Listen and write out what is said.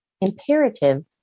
imperative